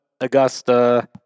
Augusta